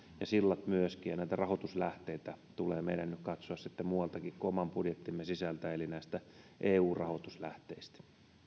ja sillat myöskin ja näitä rahoituslähteitä tulee meidän nyt katsoa sitten muualtakin kuin oman budjettimme sisältä eli näistä eu rahoituslähteistä